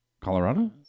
Colorado